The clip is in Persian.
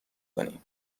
کنی